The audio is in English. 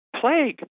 plague